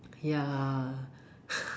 ya